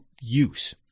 use